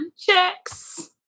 checks